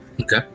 okay